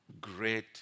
great